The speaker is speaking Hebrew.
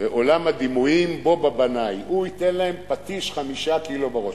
ועולם הדימויים של בוב הבנאי: הוא ייתן להם פטיש חמישה קילו בראש.